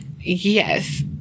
Yes